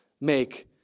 make